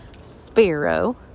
Sparrow